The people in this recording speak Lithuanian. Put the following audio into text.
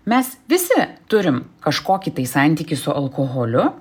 mes visi turim kažkokį tai santykį su alkoholiu